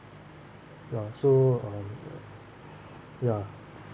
ya so um correct ya